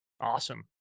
Awesome